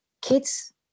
Kids